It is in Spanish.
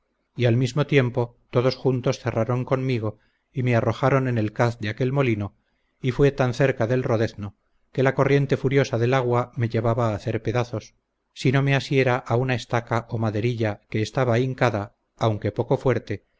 y al mismo tiempo todos juntos cerraron conmigo y me arrojaron en el caz de aquel molino y fue tan cerca del rodezno que la corriente furiosa del agua me llevaba a hacer pedazos si no me asiera e una estaca o maderilla que estaba hincada aunque poco fuerte